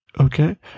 okay